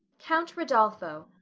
count rodolpho.